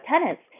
tenants